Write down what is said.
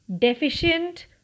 deficient